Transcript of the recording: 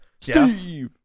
Steve